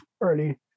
early